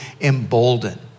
embolden